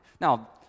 Now